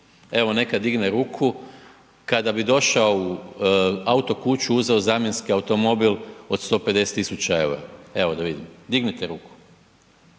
evo neka digne ruku kada bi došao u auto kuću uzeo zamjenski automobil od 150.000 eura, evo da vidim dignite ruku.